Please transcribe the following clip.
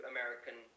American